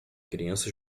crianças